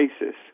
basis